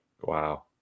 Wow